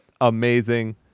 amazing